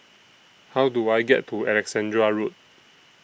How Do I get to Alexandra Road